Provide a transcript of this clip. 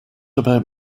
about